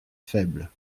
faible